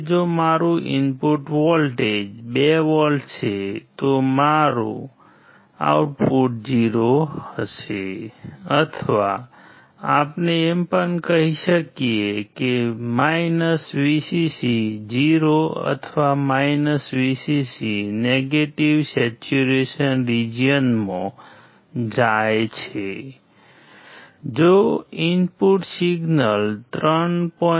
જો input signal 3